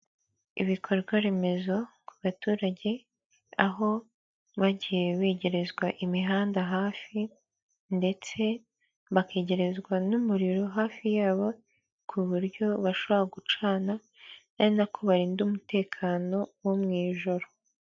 Ibikorwa remezo ku baturage aho bagiye begerezwa imihanda hafi ndetse bakegerezwa n'umuriro hafi y'abo, ku buryo bashobora gucana ari nako barinda umutekano wo mu ijoro.